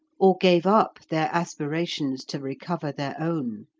or gave up their aspirations to recover their own.